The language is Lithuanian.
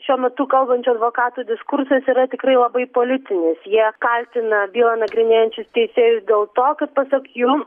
šiuo metu kalbančio advokato diskursas yra tikrai labai politinis jie kaltina bylą nagrinėjančius teisėjus dėl to kad pasak jų